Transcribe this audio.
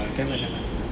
can lah can lah